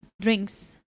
drinks